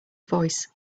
voice